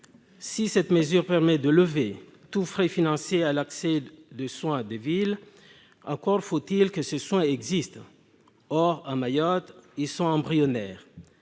Si cette mesure permet de lever tous les frais financiers afférents à l'accès aux soins de ville, encore faut-il que ces soins existent. Or, à Mayotte, ils sont embryonnaires.